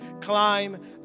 climb